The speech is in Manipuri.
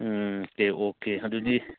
ꯎꯝ ꯑꯣꯀꯦ ꯑꯣꯀꯦ ꯑꯗꯨꯗꯤ